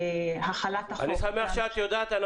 להחלת החוק -- אני שמח שאת יודעת.